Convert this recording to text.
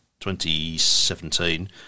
2017